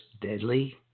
deadly